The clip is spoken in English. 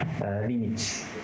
limits